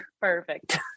Perfect